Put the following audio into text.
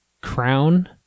Crown